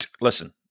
Listen